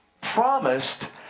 promised